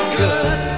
good